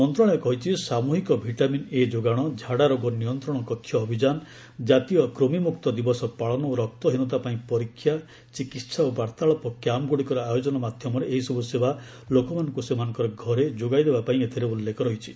ମନ୍ତ୍ରଣାଳୟ କହିଛି ସାମ୍ବହିକ ଭିଟାମିନ୍ ଏ ଯୋଗାଣ ଝାଡ଼ାରୋଗ ନିୟନ୍ତ୍ରଣ କକ୍ଷ ଅଭିଯାନ କାତୀୟ କୂମିମୁକ୍ତ ଦିବସ ପାଳନ ଓ ରକ୍ତହୀନତା ପାଇଁ ପରୀକ୍ଷା ଚିକିତ୍ସା ଓ ବାର୍ଭାଳାପ କ୍ୟାମ୍ପ୍ରୁଡ଼ିକର ଆୟୋଜନ ମାଧ୍ୟମରେ ଏହିସବୁ ସେବା ଲୋକମାନଙ୍କୁ ସେମାନଙ୍କର ଘରେ ଯୋଗାଇ ଦେବା ପାଇଁ ଏଥିରେ ଉଲ୍ଲେଖ ରହିଛି